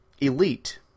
elite